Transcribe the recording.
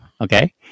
Okay